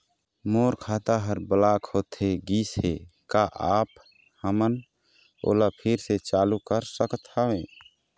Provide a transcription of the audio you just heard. मोर खाता हर ब्लॉक होथे गिस हे, का आप हमन ओला फिर से चालू कर सकत हावे?